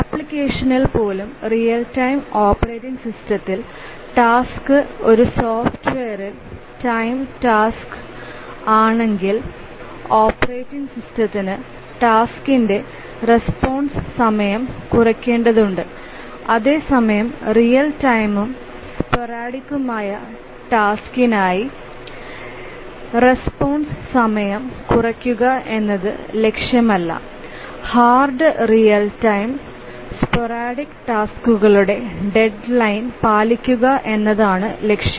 ആപ്ലിക്കേഷനിൽ പോലും real time operating സിസ്റ്റത്തിൽ ടാസ്ക് ഒരു സോഫ്റ്റ് റിയൽ ടൈം ടാസ്ക് ആണെങ്കിൽ ഓപ്പറേറ്റിംഗ് സിസ്റ്റത്തിന് ടാസ്ക്കിന്റെ റെസ്പോൺസ് സമയം കുറയ്ക്കേണ്ടതുണ്ട് അതേസമയം റിയൽ ടൈംവും സ്പോറാഡിക്മായ ടാസ്ക്കിനായി റെസ്പോൺസ് സമയം കുറയ്ക്കുക എന്നത് ലക്ഷ്യമല്ല ഹാർഡ് റിയൽ ടൈം സ്പോറാഡിക് ടാസ്ക്കളുടെ ഡെഡ് ലൈന് പാലിക്കുക എന്നതാണ് ലക്ഷ്യം